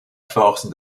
force